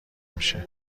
میشود